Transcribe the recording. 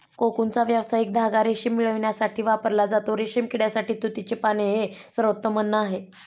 कोकूनचा व्यावसायिक धागा रेशीम मिळविण्यासाठी वापरला जातो, रेशीम किड्यासाठी तुतीची पाने हे सर्वोत्तम अन्न आहे